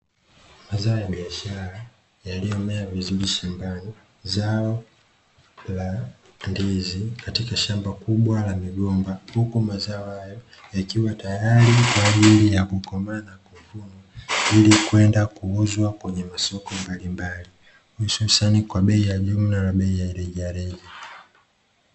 Mazao ya biashara yaliyomea vizuri shambani. Zao la ndizi katika shamba kubwa la migomba huku mazao hayo yakiwa tayari kwa ajili ya kukomaa ili kwenda kuuzwa kwenye masoko mbalimbali mwishoni kwa bei ya jumla na bei ya rejareja.